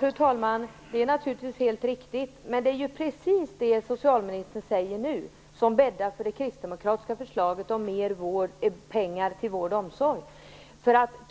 Fru talman! Det är naturligtvis helt riktigt, men det är ju precis det som socialministern säger nu som bäddar för det kristdemokratiska förslaget om mer pengar till vård och omsorg.